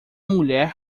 mulher